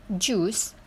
juice